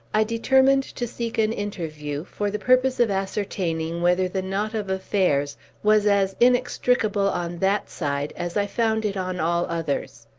i determined to seek an interview, for the purpose of ascertaining whether the knot of affairs was as inextricable on that side as i found it on all others.